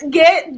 get